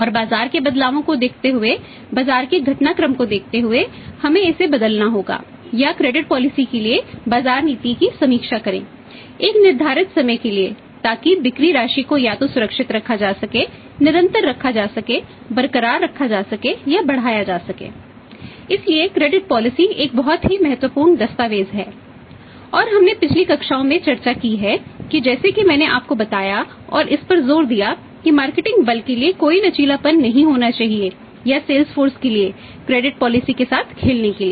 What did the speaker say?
और बाजार के बदलावों को देखते हुए बाजार के घटनाक्रम को देखते हुए हमें इसे बदलना होगा या क्रेडिट पॉलिसी के साथ खेलने के लिए